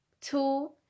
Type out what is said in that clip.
two